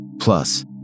plus